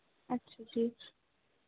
ਅੱਛਾ ਜੀ